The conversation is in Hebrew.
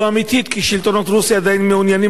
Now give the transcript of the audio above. כי שלטונות רוסיה עדיין מעוניינים לערפל